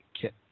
kit